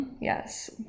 Yes